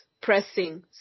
pressing